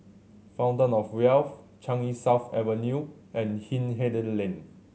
Fountain Of Wealth Changi South Avenue and Hindhede Lane